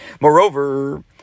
Moreover